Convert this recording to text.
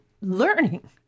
learning